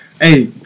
Hey